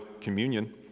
communion